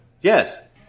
yes